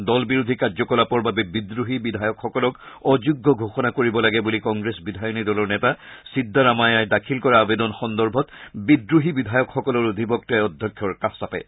দল বিৰোধী কাৰ্যকলাপৰ বাবে বিদ্ৰোহী বিধায়কসকলক অযোগ্য ঘোষণা কৰিব লাগে বুলি কংগ্ৰেছ বিধায়িনী দলৰ নেতা চিদ্দাৰামায়াই দাখিল কৰা আবেদন সন্দৰ্ভত বিদ্ৰোহী বিধায়কসকলৰ অধিবক্তাই অধ্যক্ষৰ কাষ চাপে